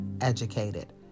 educated